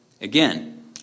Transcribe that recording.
Again